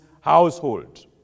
household